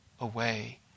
away